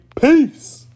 Peace